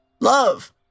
Love